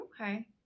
Okay